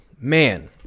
man